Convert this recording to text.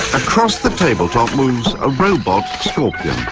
across the tabletop moves a robot scorpion